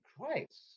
Christ